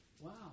Wow